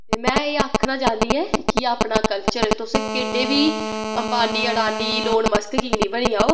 ते में एह् आखना चाह्नी ऐं कि अपना कल्चर तुस केड्डे बी अम्बानी अड़ानी ऑलोनमस्क की नी बनी जेओ